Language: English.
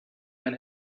when